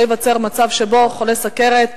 שלא ייווצר מצב שבו חולה סוכרת,